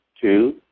two